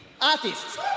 artists